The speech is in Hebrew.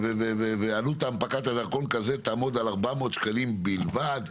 ועלות הנפקת דרכון כזה תעמוד על למה 400 שקלים בלבד.